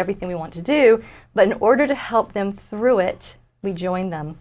everything we want to do but in order to help them through it we join them